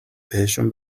بهشون